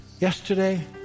Yesterday